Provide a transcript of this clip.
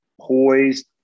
Poised